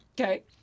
Okay